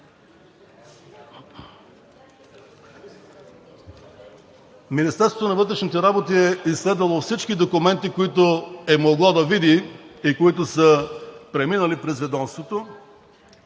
Министерството на вътрешните работи е изследвало всички документи, които е могло да види и които са преминали през ведомството.